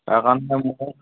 তাৰ কাৰণে মই